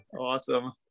Awesome